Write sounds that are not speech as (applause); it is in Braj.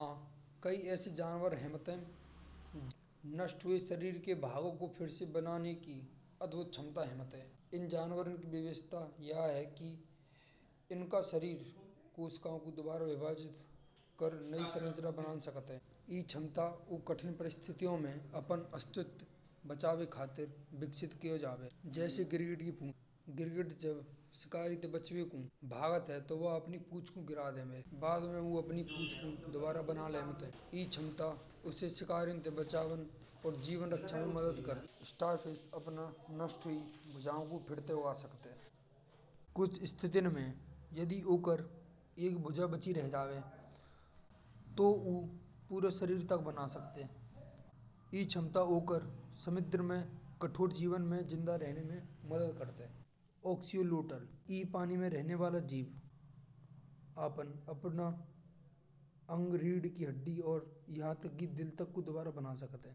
हाँ काई ऐसे जनावर हेमेट है। कि नष्ट हुए सरीर के भागों को फिर से बनाने की अद्भुत क्षमता हे्मेट है। इन जनावरों की व्यवस्था यह है कि इनका सरीर कोशिका को दोबारा विभाजन कर ने (noise) नई संरचना बनावत है। ए क्षमता कठिन परिस्थिति में अपन अस्तित्व बचावे खातिर विकसित कियो जावे। जैसे गिरगिट, गिरगिट जब शिकारी ते बचने को भगत है। तो वो अपनी पूंछ को गिरावे है। बाद में वे अपनी पूंछ को बना लेते हैं। ए क्षमता उसी शिकारी ते बचावन और (noise) जीवन रक्षा में बदद करत है। स्टारफिश अपनी नष्ट हुई भुजा को फिर ते उगा सकते हैं। कुछ स्थितिन में यदि उकार एक भुजा बची रह जावे। तो वो पूरे सरीर तक बना सके। ए क्षमता वो का समुद्र में कठोर जीवन में ज़िंदा रहने में मदद करते हैं। ऑक्सिलुटर: ए पानी में रहने वालो जीव अपन आपनो, आंग रीढ़ की हड्डी और यहा तक कि दिल को भी दोबारा बना सकते हैं।